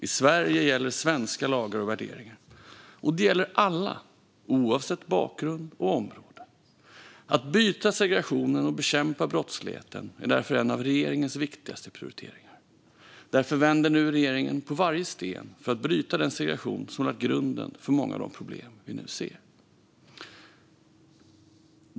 I Sverige gäller svenska lagar och värderingar, och de gäller alla, oavsett bakgrund och område. Att bryta segregationen och bekämpa brottsligheten är därför några av regeringens viktigaste prioriteringar. Därför vänder nu regeringen på varje sten för att bryta den segregation som har lagt grunden för många av de problem vi nu ser.